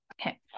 Okay